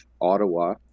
Ottawa